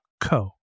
co